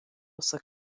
ussa